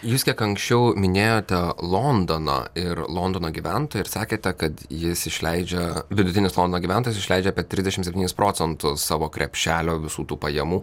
jūs kiek anksčiau minėjote londoną ir londono gyventoją ir sakėte kad jis išleidžia vidutinis londono gyventojas išleidžia apie trisdešim septynis procentus savo krepšelio visų tų pajamų